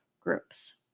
groups